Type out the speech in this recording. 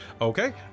Okay